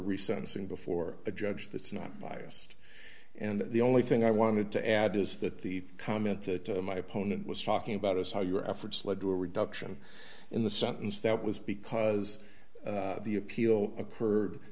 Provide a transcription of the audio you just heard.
recency before a judge that's not biased and the only thing i wanted to add is that the comment that my opponent was talking about is how your efforts led to a reduction in the sentence that was because the appeal occurred